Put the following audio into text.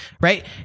Right